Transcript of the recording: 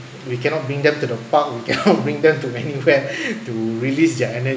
we cannot bring them to the park we cannot bring them to anywhere to release their energy